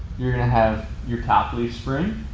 you're gonna have your top leaf spring,